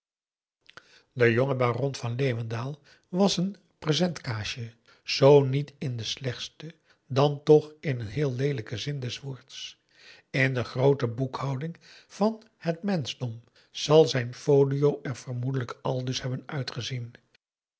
de jonge baron van leeuwendaal was een presentkaasje zoo niet in den slechtsten dan toch in een heel leelijken zin des woords in de groote boekhouding van het menschdom zal zijn folio er vermoedelijk aldus hebben uitgezien